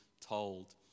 told